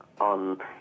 on